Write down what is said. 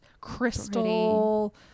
crystal